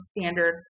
standard